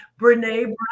Brene